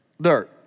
Dirt